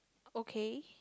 okay